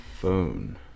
phone